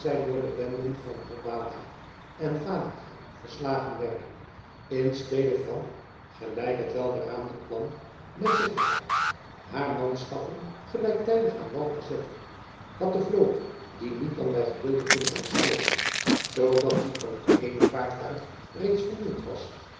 door de benden van helbada en fadinga verslagen werden in stede van gelijk het welberaamde plan met zich bracht haar manschappen gelijktijdig aan wal te zetten had de vloot die niet dan bij gedeelten kunnen ontschepen zoodat die van het eene vaartuig reeds vernield was